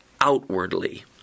outwardly